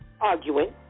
arguing